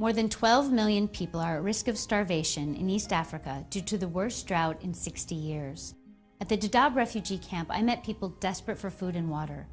more than twelve million people are risk of starvation in east africa due to the worst drought in sixty years at the dock refugee camp i met people desperate for food and water